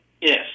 Yes